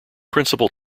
principal